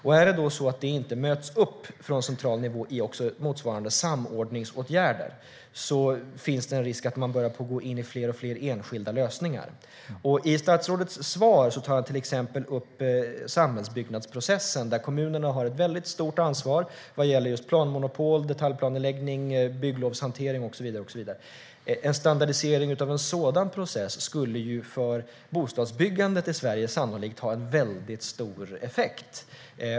Om det inte möts upp från central nivå med motsvarande samordningsåtgärder finns det en risk att man börjar gå in i allt fler enskilda lösningar. I statsrådets svar tar han till exempel upp samhällsbyggnadsprocessen, där kommunerna har ett stort ansvar vad gäller just planmonopol, detaljplaneläggning, bygglovshantering och så vidare. En standardisering av en sådan process skulle sannolikt ha stor effekt på bostadsbyggandet i Sverige.